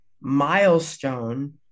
milestone